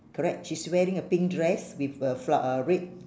correct she's wearing a pink dress with a flow~ a red